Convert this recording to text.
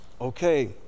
Okay